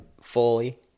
fully